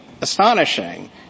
astonishing